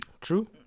True